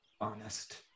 honest